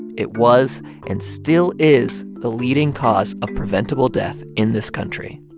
it was and still is the leading cause of preventable death in this country.